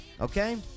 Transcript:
Okay